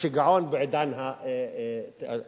השיגעון בעידן התבונה",